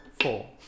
four